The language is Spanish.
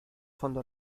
fondo